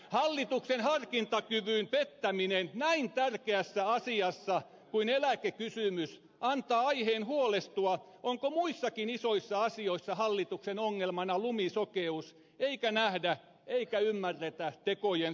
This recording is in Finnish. hallituksen harkintakyvyn pettäminen näin tärkeässä asiassa kuin eläkekysymys antaa aiheen huolestua onko muissakin isoissa asioissa hallituksen ongelmana lumisokeus eikä nähdä eikä ymmärretä tekojen seurauksia